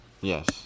Yes